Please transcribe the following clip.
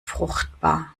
fruchtbar